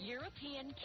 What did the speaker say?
European